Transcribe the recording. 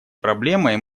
проблемой